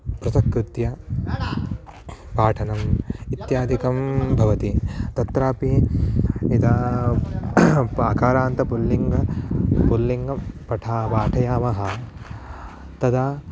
पृथक् कृत्य पाठनम् इत्यादिकं भवति तत्रापि यदा अकारान्त पुल्लिङ्गं पुल्लिङ्गं पठ पाठयामः तदा